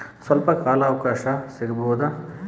ಸ್ವಲ್ಪ ಕಾಲ ಅವಕಾಶ ಸಿಗಬಹುದಾ?